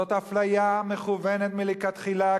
זאת אפליה מכוונת מלכתחילה,